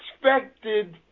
expected